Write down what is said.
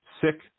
sick